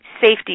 safety